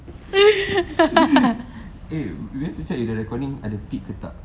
eh where to check your recording ada peak ke tak